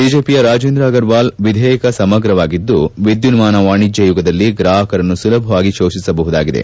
ಬಿಜೆಪಿಯ ರಾಜೀಂದ್ರ ಅಗರ್ವಾಲ್ ವಿಧೇಯಕ ಸಮಗ್ರವಾಗಿದ್ದು ವಿದ್ಯುನ್ನಾನ ವಾಣಿಜ್ಞ ಯುಗದಲ್ಲಿ ಗ್ರಾಪಕರನ್ನು ಸುಲಭವಾಗಿ ಶೋಷಿಸಬಹುದಾಗಿದೆ